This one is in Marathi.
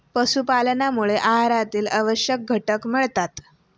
पशुपालनामुळे आहारातील आवश्यक घटक मिळतात